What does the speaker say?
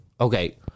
okay